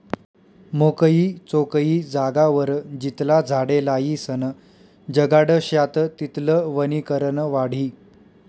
मोकयी चोकयी जागावर जितला झाडे लायीसन जगाडश्यात तितलं वनीकरण वाढी